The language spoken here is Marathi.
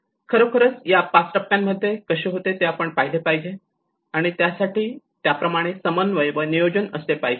आणि खरोखर हे या 5 टप्प्यांमध्ये कसे होते ते पाहिले पाहिजे आणि त्यासाठी त्याप्रमाणे समन्वय व नियोजन असले पाहिजे